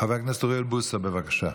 חבר הכנסת אוריאל בוסו, בבקשה.